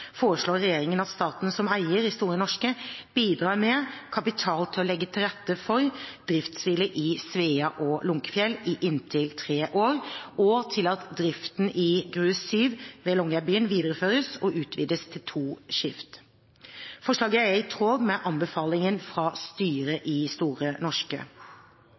foreslår regjeringen at staten som eier i Store Norske bidrar med kapital til å legge til rette for driftshvile i Svea og Lunckefiell i inntil tre år og til at driften i Gruve 7 ved Longyearbyen videreføres og utvides til to skift. Forslaget er i tråd med anbefalingen fra styret i Store Norske.